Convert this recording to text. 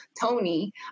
Tony